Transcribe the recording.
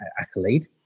accolade